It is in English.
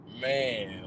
Man